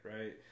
right